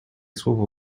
słowo